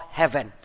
heaven